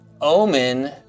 Omen